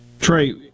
Trey